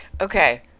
okay